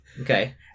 Okay